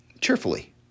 cheerfully